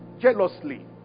Jealously